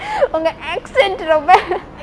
உங்க:unga accent ரொம்ப:rombe